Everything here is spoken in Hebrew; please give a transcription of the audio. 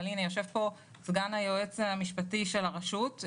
יושב פה סגן היועץ המשפטי של הרשות,